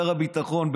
שר הביטחון,